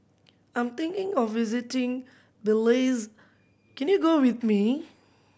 I'm thinking of visiting Belize can you go with me